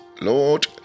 Lord